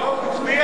לא, הוא הצביע,